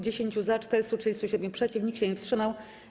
10 - za, 437 - przeciw, nikt się nie wstrzymał.